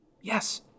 Yes